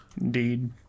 Indeed